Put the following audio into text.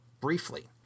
briefly